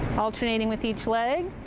alternating with each leg.